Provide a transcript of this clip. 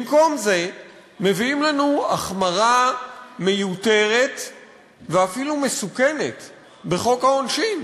במקום זה מביאים לנו החמרה מיותרת ואפילו מסוכנת בחוק העונשין.